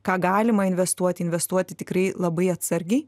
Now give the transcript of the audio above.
ką galima investuoti investuoti tikrai labai atsargiai